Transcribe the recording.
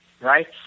right